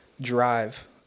Drive